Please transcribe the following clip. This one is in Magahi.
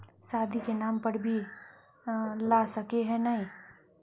शादी के नाम पर भी ला सके है नय?